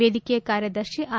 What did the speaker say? ವೇದಿಕೆಯ ಕಾರ್ಯದರ್ಶಿ ಆರ್